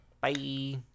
Bye